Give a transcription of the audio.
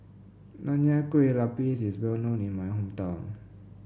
Nonya Kueh Lapis is well known in my hometown